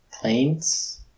Planes